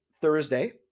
Thursday